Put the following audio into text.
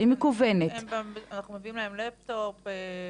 אנחנו מביאים להם לפטופ,